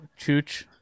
Chooch